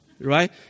right